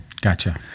gotcha